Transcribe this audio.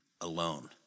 alone